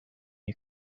you